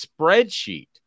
spreadsheet